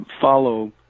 follow